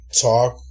talk